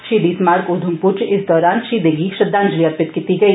षहीदी स्मारक उधामपुर च इस दरान षहीद गी श्रद्वांजलि अर्पित कीती गेई